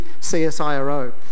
CSIRO